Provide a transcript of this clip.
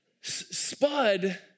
Spud